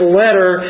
letter